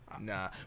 Nah